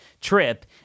trip